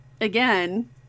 again